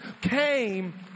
came